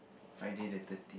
Friday the third